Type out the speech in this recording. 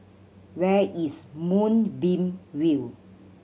where is Moonbeam View